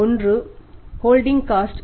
ஒன்று holding cost